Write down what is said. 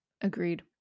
Agreed